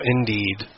Indeed